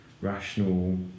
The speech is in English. rational